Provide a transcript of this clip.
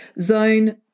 Zone